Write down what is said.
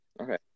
okay